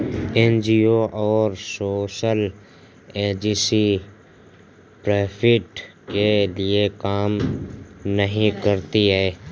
NGO और social agency profit के लिए काम नहीं करती है